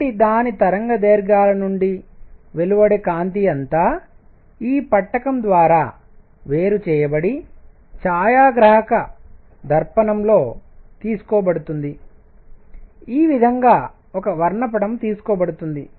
కాబట్టి దాని తరంగదైర్ఘ్యాల నుండి వెలువడే కాంతి అంతా ఈ పట్టకం ద్వారా వేరు చేయబడి ఛాయాగ్రాహక దర్పణంలో తీసుకోబడుతుంది ఈ విధంగా ఒక వర్ణపటం తీసుకోబడుతుంది